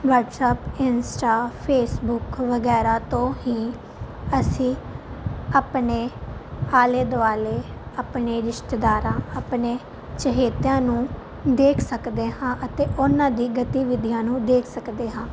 WhatsApp Insta Facebook ਵਗੈਰਾ ਤੋਂ ਹੀ ਅਸੀਂ ਆਪਣੇ ਆਲੇ ਦੁਆਲੇ ਆਪਣੇ ਰਿਸ਼ਤੇਦਾਰਾਂ ਆਪਣੇ ਚਹੇਤਿਆਂ ਨੂੰ ਦੇਖ ਸਕਦੇ ਹਾਂ ਅਤੇ ਉਹਨਾਂ ਦੀਆਂ ਗਤੀਵਿਧੀਆਂ ਨੂੰ ਦੇਖ ਸਕਦੇ ਹਾਂ